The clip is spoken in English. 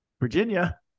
virginia